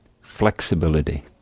flexibility